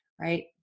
Right